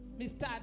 Mr